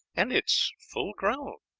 and it's full grown.